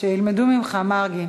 שילמדו ממך, מרגי.